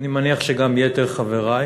אני מניח שגם יתר חברי,